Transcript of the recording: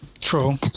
True